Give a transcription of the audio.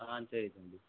ஆ சரி தம்பி